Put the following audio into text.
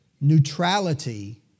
neutrality